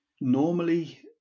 normally